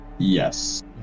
yes